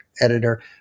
editor